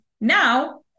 now